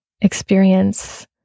experience